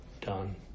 done